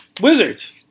Wizards